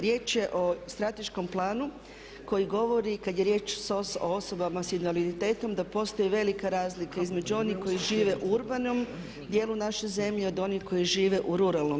Riječ je o strateškom planu koji govori kad je riječ o osobama sa invaliditetom, da postoji velika razlika između onih koji žive u urbanom dijelu naše zemlje od onih koji žive u ruralnom.